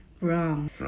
wrong